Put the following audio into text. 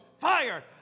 fire